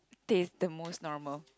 taste the most normal